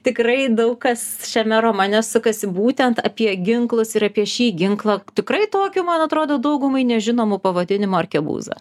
tikrai daug kas šiame romane sukasi būtent apie ginklus ir apie šį ginklą tikrai tokiu man atrodo daugumai nežinomu pavadinimu arkebuza